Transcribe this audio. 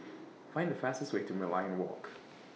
Find The fastest Way to Merlion Walk